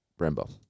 Brembo